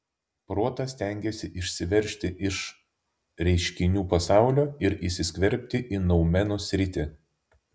protas stengiasi išsiveržti iš reiškinių pasaulio ir įsiskverbti į noumenų sritį